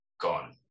gone